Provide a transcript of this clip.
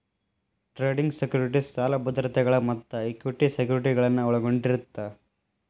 trading securities ಸಾಲ ಭದ್ರತೆಗಳ ಮತ್ತ ಇಕ್ವಿಟಿ ಸೆಕ್ಯುರಿಟಿಗಳನ್ನ ಒಳಗೊಂಡಿರತ್ತ